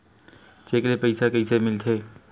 Cheque ले पईसा कइसे मिलथे?